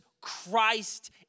Christ